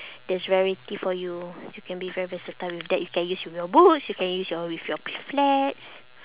there's variety for you you can be very versatile with that you can use with your boots you can use your with your flats